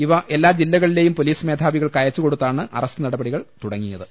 ഇവ എല്ലാ ജില്ലകളിലെയും പൊലീസ് മേധാവികൾക്ക് അയച്ച് കൊടു ത്താണ് അറസ്റ്റ് നടപടികൾ തുടങ്ങിയത്